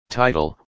title